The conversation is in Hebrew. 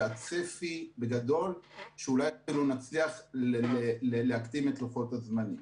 והצפי בגדול הוא שאולי אפילו נצליח להקטין את לוחות הזמנים.